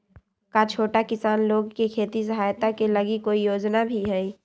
का छोटा किसान लोग के खेती सहायता के लगी कोई योजना भी हई?